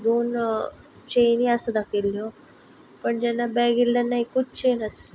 दोन चेनी आसा दाखयल्ल्यो पण जेन्ना बेग येले तेन्ना एकूच चेन आसली